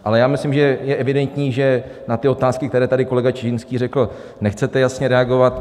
Ale myslím, že je evidentní, že na ty otázky, které tady kolega Čižinský řekl, nechcete jasně reagovat.